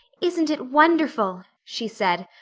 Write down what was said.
isn't it wonderful? she said,